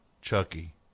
Chucky